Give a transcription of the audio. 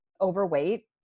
overweight